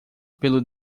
pelo